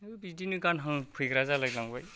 है बिदिनो गानहांफैग्रा जालायलांबाय